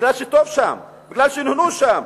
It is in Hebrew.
בגלל שטוב שם, בגלל שנהנו שם.